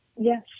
Yes